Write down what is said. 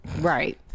right